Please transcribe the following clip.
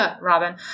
Robin